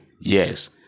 Yes